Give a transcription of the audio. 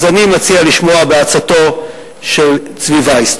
אז אני מציע לשמוע בעצתו של צבי וייס.